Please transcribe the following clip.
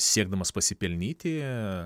siekdamas pasipelnyti